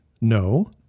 No